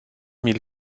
mille